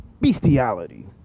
bestiality